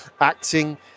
acting